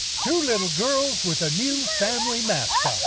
two little girls with a new family mascot.